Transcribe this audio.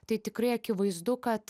tai tikrai akivaizdu kad